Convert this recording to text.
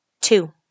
two